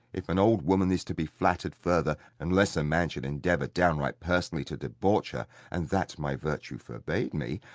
if an old woman is to be flattered further, unless a man should endeavour downright personally to debauch her and that my virtue forbade me.